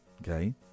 okay